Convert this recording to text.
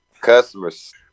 customers